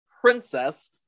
princess